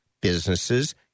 Businesses